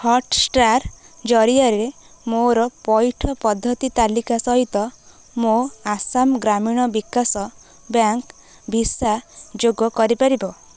Hotstar ଜରିଆରେ ମୋର ପଇଠ ପଦ୍ଧତି ତାଲିକା ସହିତ ମୋ ଆସାମ ଗ୍ରାମୀଣ ବିକାଶ ବ୍ୟାଙ୍କ୍ ଭିସା ଯୋଗ କରିପାରିବ